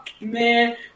man